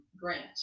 Grant